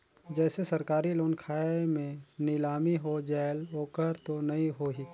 जैसे सरकारी लोन खाय मे नीलामी हो जायेल ओकर तो नइ होही?